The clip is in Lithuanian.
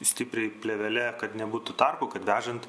stipriai plėvele kad nebūtų tarpų kad vežant